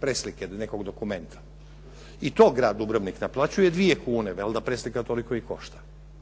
preslike nekog dokumenta. I to grad Dubrovnik naplaćuje dvije kune, valjda preslika toliko i košta.